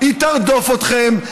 היא תרדוף אתכם.